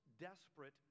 desperate